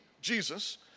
Jesus